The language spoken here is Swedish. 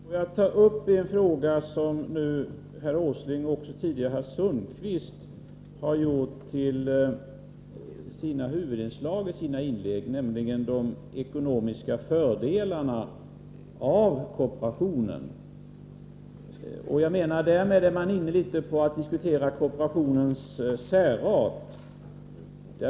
Herr talman! Får jag ta upp en fråga som herr Åsling och tidigare även herr Sundkvist gjort till huvudinslag i sina inlägg, nämligen frågan om de ekonomiska fördelarna av kooperationen. Jag menar att man därmed i viss mån är inne på en diskussion om kooperationens särart.